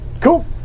Cool